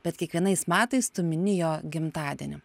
bet kiekvienais metais tu mini jo gimtadienį